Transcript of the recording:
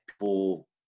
people